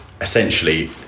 essentially